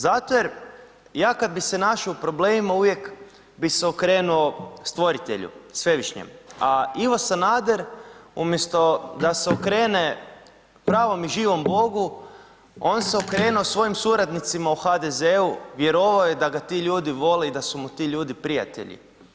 Zato jer ja kada bi se našao u problemima uvijek bi se okrenuo stvoritelju, svevišnjem, a Ivo Sanader, umjesto da se okrene pravom i živom Bogu, on se okrenuo svojim suradnicima u HDZ-u jer ovo je da ga ti ljudi vole i da su mu ti ljudi prijatelji.